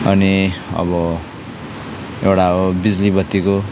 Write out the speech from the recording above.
अनि अब एउटा हो बिजुली बत्तीको